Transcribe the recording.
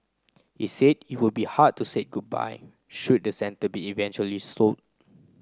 he said it would be hard to say goodbye should the centre be eventually sold